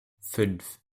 fünf